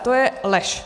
To je lež!